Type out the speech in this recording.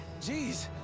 Jeez